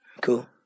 cool